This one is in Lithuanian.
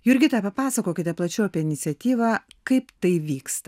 jurgita papasakokite plačiau apie iniciatyvą kaip tai vyksta